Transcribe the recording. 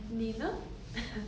你呢